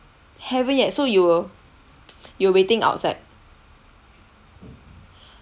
haven't yet so you were you're waiting outside